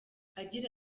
agira